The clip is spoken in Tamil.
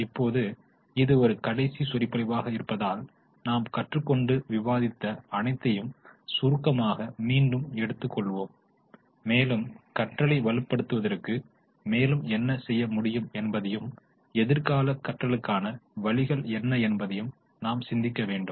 இப்போது இது ஒரு கடைசி சொற்பொழிவாக இருப்பதால் நாம் கற்றுக்கொண்டு விவாதித்த அனைத்தையும் சுருக்கமாக மீண்டும் எடுத்துக் கொள்வோம் மேலும் கற்றலை வலுப்படுத்துவதற்கு மேலும் என்ன செய்ய முடியும் என்பதையும் எதிர்கால கற்றலுக்கான வழிகள் என்ன என்பதையும் நாம் சிந்திக்க வேண்டும்